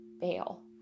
bail